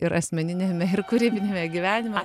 ir asmeniniame ir kūrybiniame gyvenime